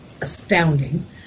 astounding